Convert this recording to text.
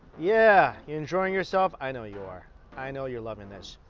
yeah, you enjoying yourself? i know you are i know you're loving this,